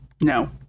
no